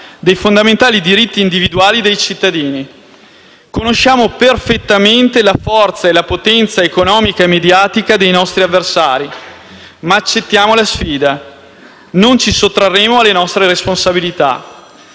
dei fondamentali diritti individuali dei cittadini. Conosciamo perfettamente la forza e la potenza economica e mediatica dei nostri avversari, ma accettiamo la sfida: non ci sottrarremo alle nostre responsabilità.